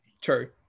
true